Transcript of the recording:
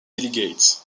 delegates